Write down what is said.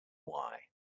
why